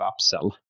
upsell